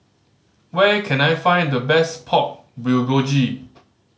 where can I find the best Pork Bulgogi